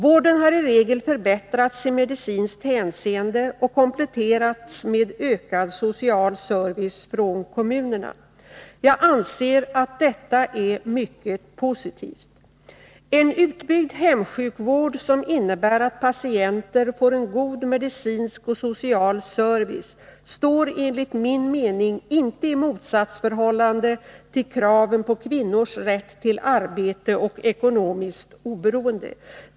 Vården har i regel förbättrats i medicinskt hänseende och kompletterats med ökad social service från kommunerna. Jag anser att detta är mycket positivt. En utbyggd hemsjukvård som innebär att patienter får en god medicinsk och social service står enligt min mening inte i motsatsförhållande till kraven på kvinnors rätt till arbete och ekonomiskt oberoende.